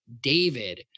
David